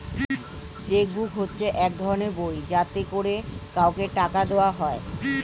check book হচ্ছে এক ধরনের বই যাতে করে কাউকে টাকা দেওয়া হয়